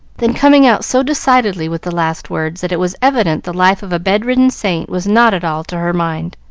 then coming out so decidedly with the last words that it was evident the life of a bedridden saint was not at all to her mind.